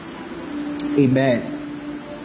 Amen